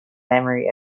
memory